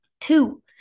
two